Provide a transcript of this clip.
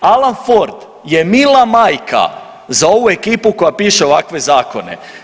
Alan Ford je mila majka za ovu ekipu koja piše ovakve zakone.